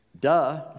Duh